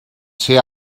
ser